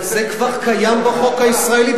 אבל זה כבר קיים בחוק הישראלי.